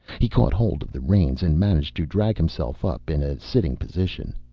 he caught hold of the reins and managed to drag himself up in a sitting position.